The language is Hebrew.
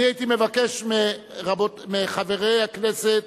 אני הייתי מבקש מחברי הכנסת